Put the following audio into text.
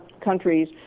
countries